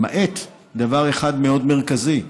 למעט דבר אחד מאוד מרכזי: